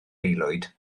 aelwyd